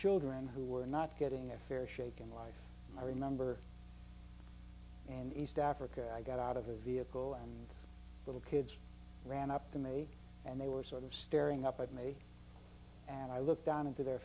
children who were not getting a fair shake in life and i remember and east africa i got out of a vehicle and little kids ran up to me and they were sort of staring up at me and i looked down into their